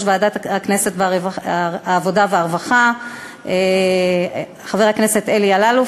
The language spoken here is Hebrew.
ועדת העבודה והרווחה חבר הכנסת אלי אלאלוף,